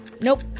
Nope